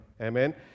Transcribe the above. amen